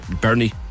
Bernie